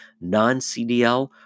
non-CDL